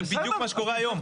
זה בדיוק מה שקורה היום.